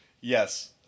Yes